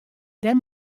dêr